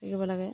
থাকিব লাগে